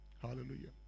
Hallelujah